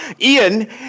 Ian